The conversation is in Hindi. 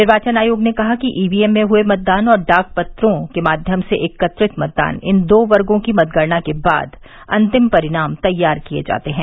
निर्वाचन आयोग ने कहा कि ईवीएम में हुए मतदान और डाक मतपत्रों के माध्यम से एकत्रित मतदान इन दो वर्गो की मतगणना के बाद अंतिम परिणाम तैयार किये जाते हैं